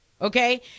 Okay